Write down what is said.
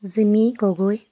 Jimmy Gogoi